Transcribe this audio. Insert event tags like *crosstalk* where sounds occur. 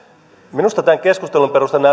minusta tämän keskustelun perusteella *unintelligible*